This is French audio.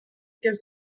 qu’elle